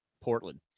Portland